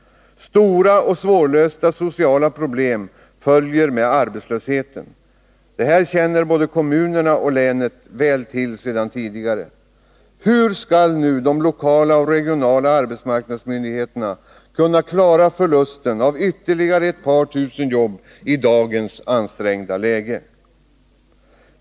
Stora och svårlösta sociala problem följer med arbetslösheten. Det känner både kommunerna och länet väl till sedan tidigare. Hur skall de lokala och regionala arbetsmarknadsmyndigheterna kunna klara förlusten av ytterligare ett par tusen jobb i dagens ansträngda läge?